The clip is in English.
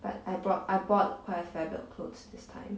but I brought I bought a fair bit of clothes this time